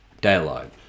dialogue